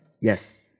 Yes